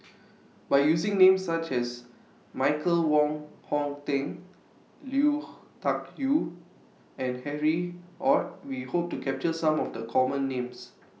By using Names such as Michael Wong Hong Teng Lui Tuck Yew and Harry ORD We Hope to capture Some of The Common Names